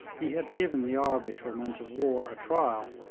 he had given the arbitrament of war a trial,